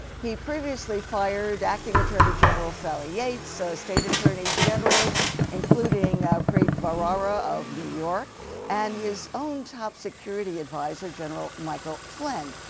he previously fired acting attorney general sally yates, state attorney generals including preet bharara from new york and his own top security adviser general michael flynn.